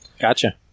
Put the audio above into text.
gotcha